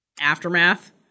Aftermath